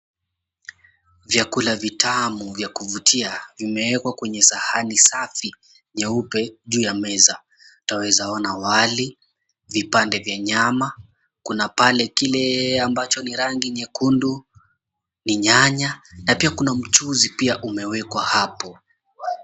Vyakula vitamu vya kuvutia vimewekwa kwenye sahani safi nyeupe juu ya meza. Utaweza ona wali, vipande vya nyama, kuna pale kile ambacho ni rangi nyekundu. Ni nyanya na pia kuna mchuzi pia umewekwa hapo.